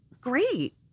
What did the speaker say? great